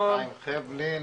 חיים חבלין,